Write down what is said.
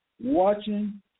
watching